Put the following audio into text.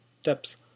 steps